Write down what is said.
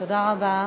תודה רבה.